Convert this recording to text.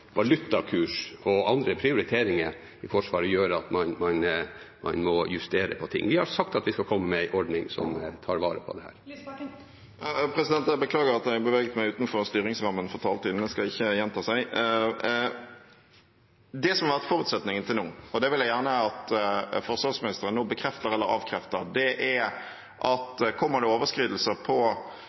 valutakurs og andre prioriteringer i Forsvaret gjøre at man må justere på ting. Vi har sagt at vi skal komme med en ordning som tar vare på dette. Det åpnes opp for oppfølgingsspørsmål – først Audun Lysbakken. Jeg beklager at jeg beveget meg utenfor styringsrammen for taletid. Det skal ikke gjenta seg. Det som har vært forutsetningen til nå – og det vil jeg gjerne at forsvarsministeren nå bekrefter eller avkrefter – er at kommer det overskridelser på